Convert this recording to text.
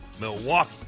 Milwaukee